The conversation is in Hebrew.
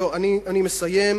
אני מסיים.